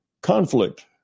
conflict